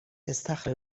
استخر